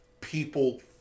people